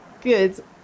Good